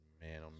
man